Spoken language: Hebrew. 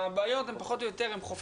הבעיות הן פחות או יותר חופפות.